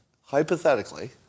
hypothetically